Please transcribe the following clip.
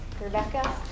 Rebecca